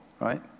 right